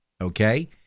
okay